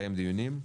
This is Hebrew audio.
לקיים דיונים.